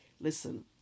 listen